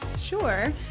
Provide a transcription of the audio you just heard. Sure